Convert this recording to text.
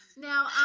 now